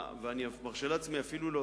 ואני מרשה לעצמי אפילו להוסיף,